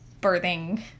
birthing